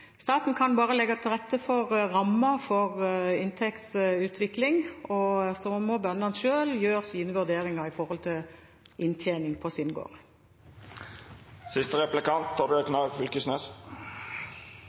Staten kan bare legge til rette for rammer for inntektsutvikling, og så må bøndene selv gjøre sine vurderinger når det gjelder inntjening på